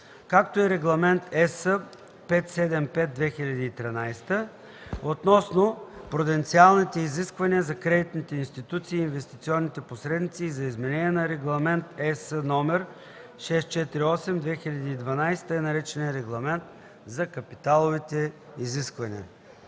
както и Регламент (ЕС) 575/2013 относно пруденциалните изисквания за кредитните институции и инвестиционните посредници и за изменение на Регламент (ЕС) № 648/2012 (така наречената „Регламент за капиталовите изисквания“).